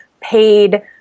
paid